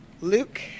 luke